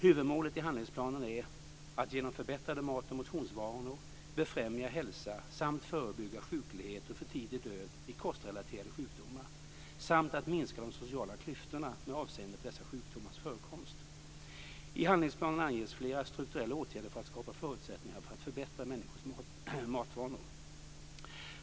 Huvudmålet i handlingsplanen är att genom förbättrade mat och motionsvanor befrämja hälsa samt förebygga sjuklighet och för tidig död i kostrelaterade sjukdomar samt att minska de sociala klyftorna med avseende på dessa sjukdomars förekomst. I handlingsplanen anges flera strukturella åtgärder för att skapa förutsättningar för att förbättra människors matvanor.